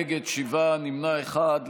נגד, שבעה, נמנע אחד.